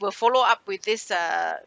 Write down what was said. will follow up with this uh